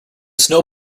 snow